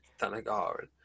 Thanagar